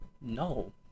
no